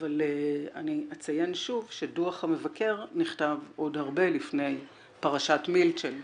אבל אני אציין שוב שדוח המבקר נכתב עוד הרבה לפני פרשת מילצ'ן,